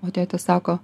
o tėtis sako